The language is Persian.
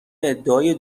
ادعای